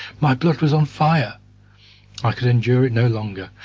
my blood was on fire i could endure it no longer,